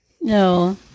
No